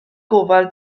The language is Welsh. gofal